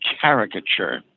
caricature